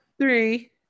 three